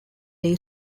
day